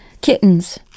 kittens